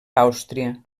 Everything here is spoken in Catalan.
àustria